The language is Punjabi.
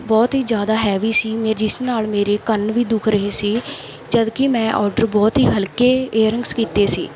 ਬਹੁਤ ਹੀ ਜ਼ਿਆਦਾ ਹੈਵੀ ਸੀ ਮੇ ਜਿਸ ਨਾਲ ਮੇਰੇ ਕੰਨ ਵੀ ਦੁਖ ਰਹੇ ਸੀ ਜਦਕਿ ਮੈਂ ਆਰਡਰ ਬਹੁਤ ਹੀ ਹਲਕੇ ਏਅਰਰਿੰਗਸ ਕੀਤੇ ਸੀ